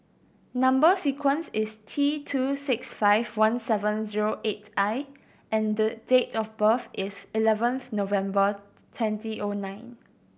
number sequence is T two six five one seven zero eight I and date of birth is eleventh November twenty O nine